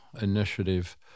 initiative